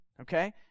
okay